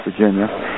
Virginia